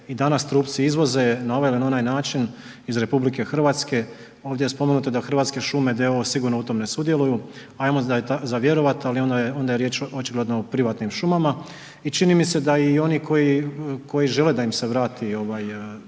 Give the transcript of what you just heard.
i danas trupci izvoze na ovaj ili onaj način iz RH, ovdje je spomenuto da Hrvatske šume d.o.o. sigurno u tom ne sudjeluju, ajmo za vjerovat ali onda je riječ očigledno o privatnim šumama i čini mi se da i oni koji žele da im se vrati